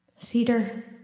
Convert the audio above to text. Cedar